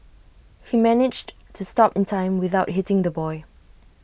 he managed to stop in time without hitting the boy